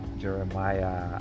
Jeremiah